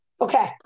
Okay